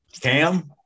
Cam